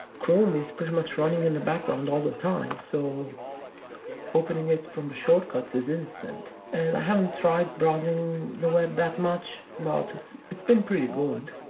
chrome is pretty much running in the background all the time, so opening it from the shortcuts is instant. and i haven't tried browsing the web that much, but it's it's been pretty good.